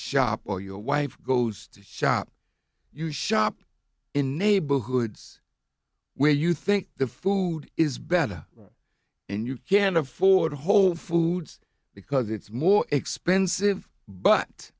shop or your wife goes to shop you shop in neighborhoods where you think the food is better and you can afford whole foods because it's more expensive but